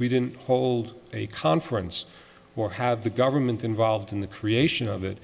we didn't hold a conference or have the government involved in the creation of it